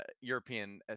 European